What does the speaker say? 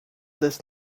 this